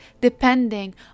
depending